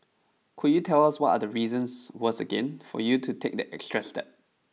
could you tell us what are the reasons was again for you to take the extra step